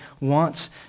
wants